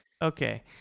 Okay